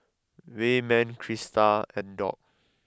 Wayman Crysta and Dock